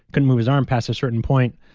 couldn't move his arm past a certain point,